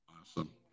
Awesome